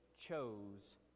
chose